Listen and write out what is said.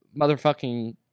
motherfucking